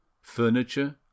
furniture